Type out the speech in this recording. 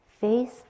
face